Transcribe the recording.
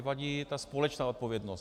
Mně vadí ta společná odpovědnost.